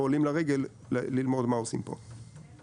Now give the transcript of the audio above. ועולים לרגל ללמוד מה עושים פה.